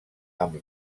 amb